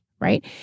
right